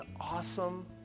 awesome